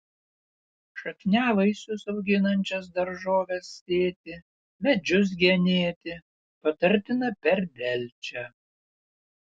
šakniavaisius auginančias daržoves sėti medžius genėti patartina per delčią